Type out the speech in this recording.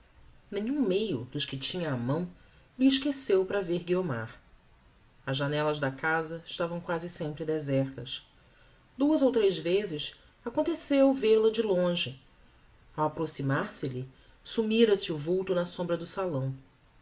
nenhum meio dos que tinha á mão lhe esqueceu para ver guiomar as janellas da casa estavam quasi sempre desertas duas ou tres vezes aconteceu vel-a de longe ao approximar se lhe sumira-se o vulto na sombra do salão